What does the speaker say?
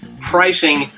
pricing